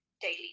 daily